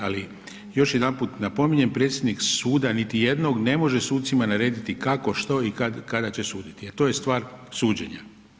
Ali još jedanput napominjem predsjednik suda niti jednog ne može sucima narediti kako, što i kada će suditi jer to je stvar suđenja.